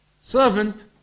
servant